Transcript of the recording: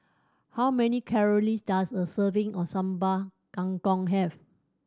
how many calories does a serving of Sambal Kangkong have